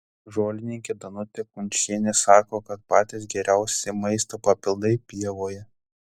žolininkė danutė kunčienė sako kad patys geriausi maisto papildai pievoje